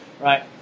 Right